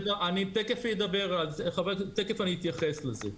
תכף אתייחס לזה.